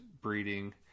breeding